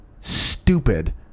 stupid